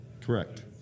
Correct